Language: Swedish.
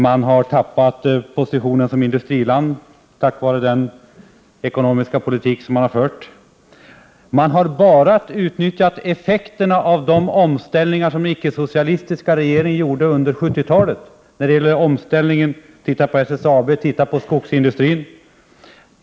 Man har tappat positionen som industriland på grund av den ekonomiska politik som förts. Man har bara utnyttjat effekterna av de omställningar som icke-socialistiska regeringar gjorde under 1970-talet. Se t.ex. på SSAB och skogsindustrin!